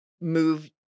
move